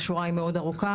השורה היא מאוד ארוכה.